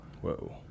Whoa